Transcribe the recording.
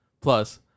Plus